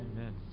Amen